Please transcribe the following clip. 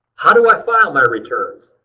how do i file my returns?